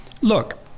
look